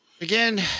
Again